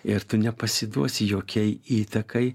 ir tu nepasiduosi jokiai įtakai